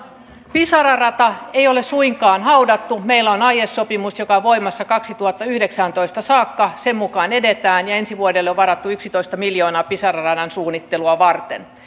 pisara rataa ei ole suinkaan haudattu meillä on aiesopimus joka on voimassa vuoteen kaksituhattayhdeksäntoista saakka sen mukaan edetään ja ensi vuodelle on varattu yksitoista miljoonaa pisara radan suunnittelua varten